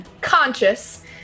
conscious